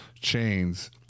chains